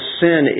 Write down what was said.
sin